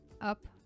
up